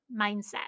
mindset